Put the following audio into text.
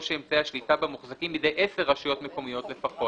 או שאמצעי השליטה בה מוחזקים בידי 10 רשויות מקומיות לפחות.